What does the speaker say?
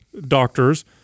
doctors